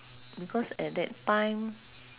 because at that time